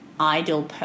Ideal